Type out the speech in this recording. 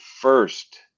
first